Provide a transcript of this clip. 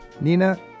Nina